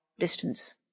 distance